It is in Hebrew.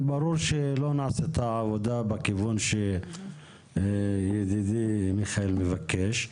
ברור שלא נעשה את העבודה בכיוון שידידי מיכאל מבקש.